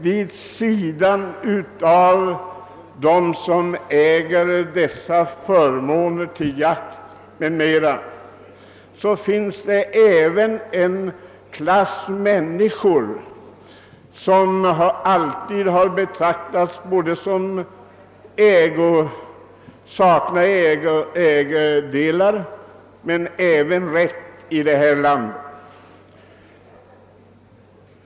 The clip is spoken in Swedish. Vid sidan av dem som äger dessa förmåner till jakt m.m. finns det även en klass människor som alltid har ansetts sakna både ägodelar och rätt i detta land.